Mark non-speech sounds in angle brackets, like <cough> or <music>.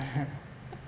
<laughs>